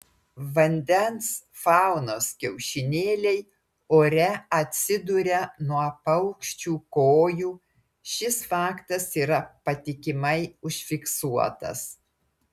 vandens faunos kiaušinėliai ore atsiduria nuo paukščių kojų šis faktas yra patikimai užfiksuotas